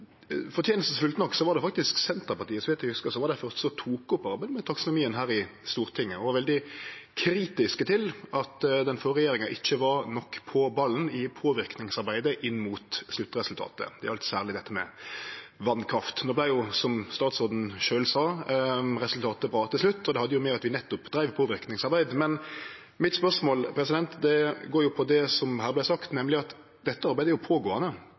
nok var det faktisk Senterpartiet, så vidt eg hugsar, som var dei første som tok opp arbeidet med taksonomien her i Stortinget, og dei var veldig kritiske til at den førre regjeringa ikkje var nok på ballen i påverknadsarbeidet inn mot sluttresultatet. Det gjaldt særleg det med vasskraft. Nå vart, som statsråden sjølv sa, resultatet bra til slutt, og det hadde å gjere med at vi nettopp dreiv påverknadsarbeid. Spørsmålet mitt går på det som vart sagt her, nemleg at dette arbeidet er pågåande.